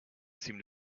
seemed